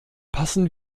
passen